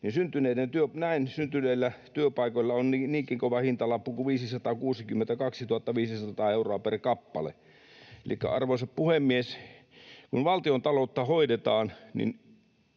näin syntyneillä työpaikoilla on niinkin kova hintalappu kuin 562 500 euroa per kappale. Elikkä, arvoisa puhemies, en ole mikään